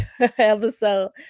episode